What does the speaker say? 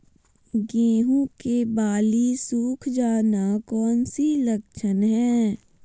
गेंहू की बाली सुख जाना कौन सी लक्षण है?